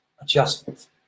adjustment